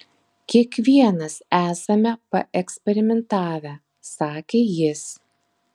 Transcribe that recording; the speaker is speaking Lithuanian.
kiekvienas esame paeksperimentavę sakė jis